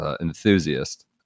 enthusiast